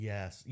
Yes